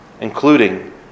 including